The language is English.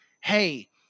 hey